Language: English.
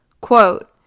Quote